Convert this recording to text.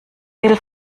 will